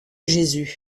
jésus